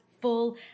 full